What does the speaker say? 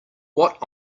what